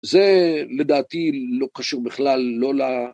זה לדעתי לא קשור בכלל לא ל...